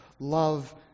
love